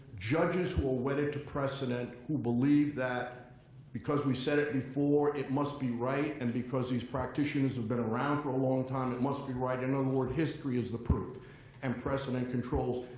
judges who are wedded to precedent who believe that because we said it before, it must be right. and because these practitioners have been around for a long time, it must be right. in other words, history is the proof and precedent controls.